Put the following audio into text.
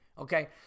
okay